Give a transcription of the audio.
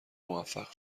موفق